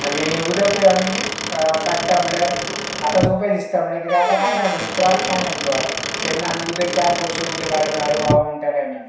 आनी उदकूय आमी काडटा म्हणल्यार आतां सोंपें दिसता म्हणल्यार कितें आतां कांय ना न्हू त्रास कांय ना जिवाक तेन्ना आमी उदक चार कळश्यो उदक काडलें म्हळ्यार अरे बाबा म्हणटाले आमी